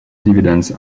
dividends